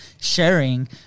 sharing